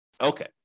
Okay